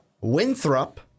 Winthrop